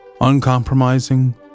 Uncompromising